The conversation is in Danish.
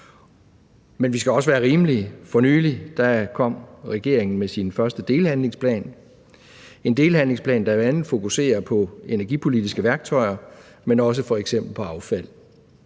Men vi skal også være rimelige. For nylig kom regeringen med sin første delhandlingsplan – en handlingsplan, der bl.a. fokuserer på energipolitiske værktøjer, men også f.eks. på affald.